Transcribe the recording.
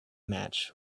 match